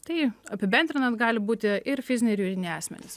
tai apibendrinant gali būti ir fiziniai ir juridiniai asmenys